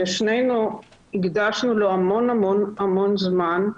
שנינו הקדשנו לו המון המון זמן,